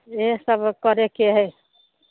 एहे सब करेके हइ